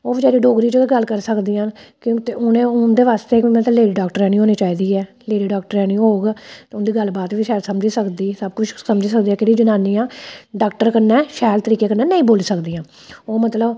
ओह् बेचारी डोगरी च गै गल्ल करी सकदियां न क्यों उ'नें उं'दे बास्तै बी मतलब लेडी डाक्टरेआनी होनी चाहिदी ऐ लेडी डाक्टरेआनी होग ते उं'दी गल्लबात बी शैल समझी सकदी सब कुछ समझी सकदी केह्ड़ी जनानियां डाक्टर कन्नै शैल तरीके कन्नै नेईं बोली सकदियां ओह् मतलब